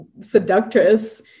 seductress